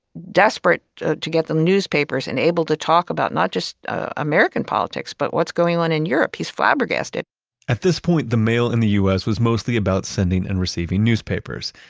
desperate to get the newspapers enabled to talk about not just american politics, but what's going on in europe. he's flabbergasted at this point, the mail in the us was mostly about sending and receiving newspapers.